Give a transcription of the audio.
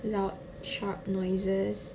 loud sharp noises